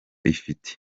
ifite